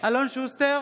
אלון שוסטר,